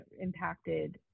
impacted